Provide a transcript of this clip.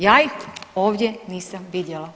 Ja ih ovdje nisam vidjela.